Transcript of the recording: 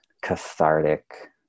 cathartic